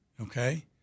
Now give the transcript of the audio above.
Okay